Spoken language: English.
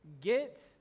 Get